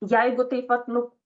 jeigu taip vat nu